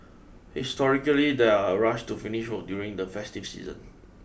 historically there are a rush to finish work during the festive season